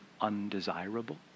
undesirable